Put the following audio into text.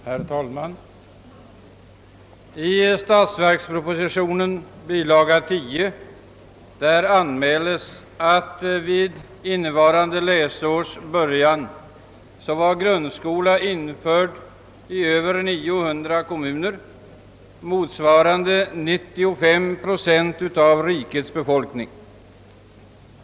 Herr talman! I statsverkspropositionen, bilaga 10, anmäles att vid innevarande läsårs början var grundskola införd i över 900 kommuner, motsvarande 95 procent av rikets befolkning.